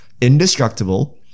indestructible